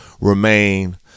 remain